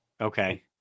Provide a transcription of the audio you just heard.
Okay